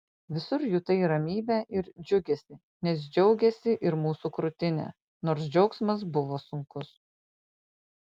visur jutai ramybę ir džiugesį nes džiaugėsi ir mūsų krūtinė nors džiaugsmas buvo sunkus